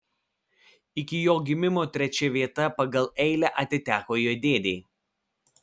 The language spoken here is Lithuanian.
iki jo gimimo trečia vieta pagal eilę atiteko jo dėdei